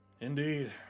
Indeed